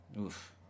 Oof